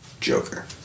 Joker